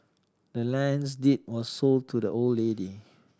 the land's deed was sold to the old lady